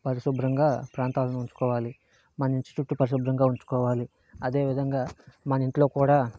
పరిశుభ్రంగా ప్రాంతాలను ఉంచుకోవాలి మన ఇంటి చుట్టు పరిశుభ్రంగా ఉంచుకోవాలి అదే విధంగా మన ఇంట్లో కూడా